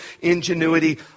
ingenuity